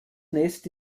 nest